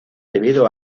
debido